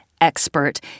expert